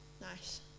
Nice